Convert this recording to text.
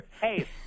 Hey